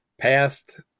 past